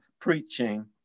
preaching